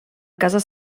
cases